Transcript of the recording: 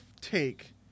take